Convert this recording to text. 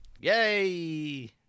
Yay